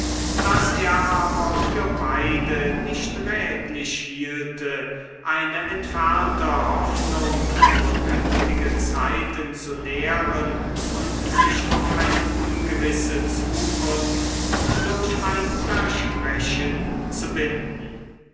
daß er aber für beide nicht rätlich hielte eine entfernte hoffnung auf künftige zeiten zu nähren und sich auf eine ungewisse zukunft durch ein versprechen zu binden